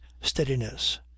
steadiness